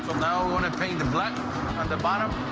now we're gonna paint the black on the bottom.